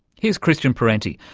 here's christian parenti,